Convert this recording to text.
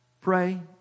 Pray